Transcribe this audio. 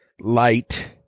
light